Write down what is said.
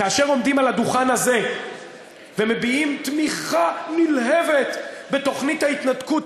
כאשר עומדים על הדוכן הזה ומביעים תמיכה נלהבת בתוכנית ההתנתקות,